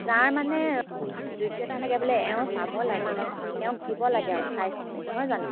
যাৰ মানে যোগ্যতা থাকে বোলে এওঁ পাব লাগে তেওঁক দিব লাগে আৰু চাই চিতি নহয় জানো